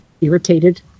irritated